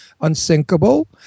Unsinkable